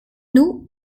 nous